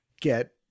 get